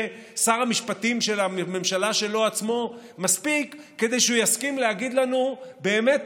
שר המשפטים בממשלה שלו עצמו מספיק כדי שהוא יסכים להגיד לנו: באמת,